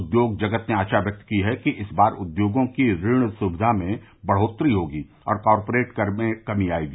उद्योग जगत ने आशा व्यक्त की है इस बार उद्योगों की ऋण सुक्विा में बढ़ोतरी होगी और कार्परिट कर में कमी आएगी